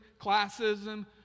classism